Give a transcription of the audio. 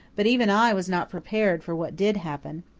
but even i was not prepared for what did happen.